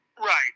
Right